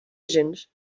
gens